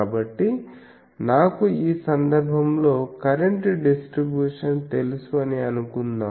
కాబట్టి నాకు ఈ సందర్భంలో కరెంట్ డిస్ట్రిబ్యూషన్ తెలుసు అని అనుకుందాం